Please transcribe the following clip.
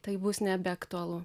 tai bus nebeaktualu